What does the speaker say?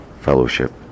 Fellowship